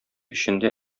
эчендә